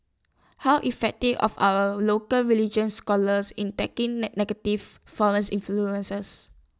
how effective of are our local religious scholars in tackling negative foreign influences